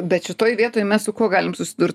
bet šitoj vietoj mes su kuo galim susidurt